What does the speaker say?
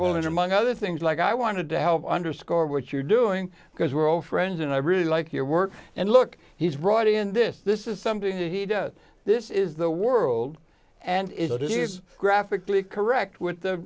are among other things like i wanted to help underscore what you're doing because we're all friends and i really like your work and look he's brought in this this is something he does this is the world and it is graphically correct with the